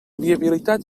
viabilitat